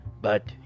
But